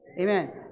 Amen